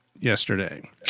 yesterday